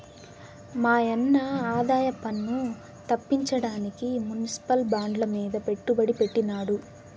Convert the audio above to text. మాయన్న ఆదాయపన్ను తప్పించడానికి మునిసిపల్ బాండ్లమీద పెట్టుబడి పెట్టినాడు